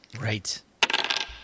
Right